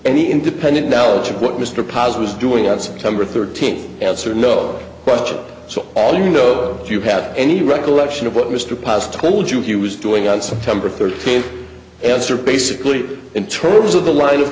any independent knowledge of what mr paas was doing on september thirteenth answer no question so all you know if you had any recollection of what mr paas told you he was doing on september thirteenth answer basically in terms of the line of